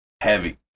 Heavy